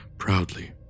proudly